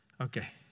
Okay